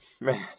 Man